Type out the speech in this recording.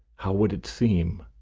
how would it seem?